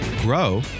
grow